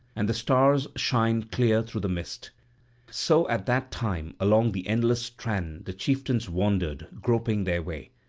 and the stars shine clear through the mist so at that time along the endless strand the chieftains wandered, groping their way.